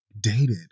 dated